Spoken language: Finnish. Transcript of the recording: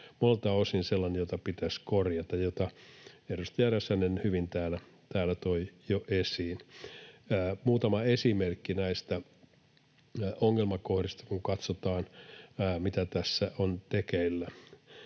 monelta osin sellainen, mikä pitäisi korjata, minkä edustaja Räsänen hyvin täällä toi jo esiin. Muutama esimerkki näistä ongelmakohdista, kun katsotaan, mitä tässä on tekeillä: